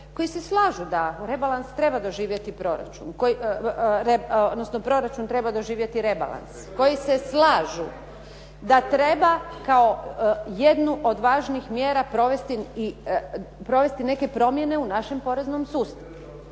koji se slažu da treba kao jednu od važnih mjera provesti neke promjene u našem poreznom sustavu.